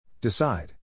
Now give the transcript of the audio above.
Decide